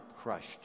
crushed